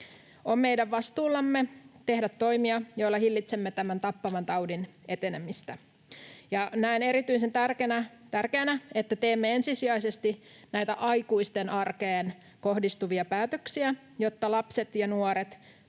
On meidän vastuullamme tehdä toimia, joilla hillitsemme tämän tappavan taudin etenemistä. Näen erityisen tärkeänä, että teemme ensisijaisesti näitä aikuisten arkeen kohdistuvia päätöksiä, jotta lapset ja nuoret